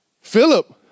Philip